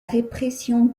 répression